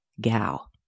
gal